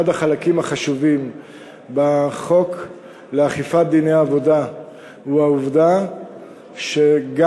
אחד החלקים החשובים בחוק לאכיפת דיני עבודה הוא העובדה שגם